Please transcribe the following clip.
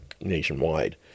nationwide